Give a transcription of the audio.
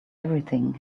everything